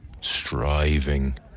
striving